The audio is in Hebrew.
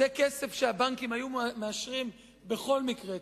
זה כסף שהבנקים היו מאשרים בכל מקרה,